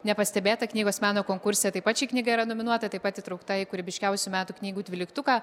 nepastebėta knygos meno konkurse taip pat ši knyga yra nominuota taip pat įtraukta į kūrybiškiausių metų knygų dvyliktuką